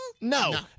No